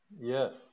Yes